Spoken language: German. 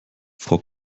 frau